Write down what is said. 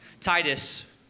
Titus